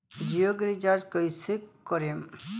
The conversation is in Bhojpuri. जियो के रीचार्ज कैसे करेम?